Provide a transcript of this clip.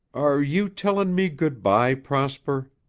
are you tellin' me good-bye, prosper?